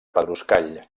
pedruscall